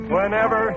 Whenever